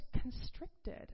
constricted